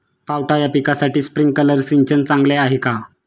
पावटा या पिकासाठी स्प्रिंकलर सिंचन चांगले आहे का?